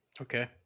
Okay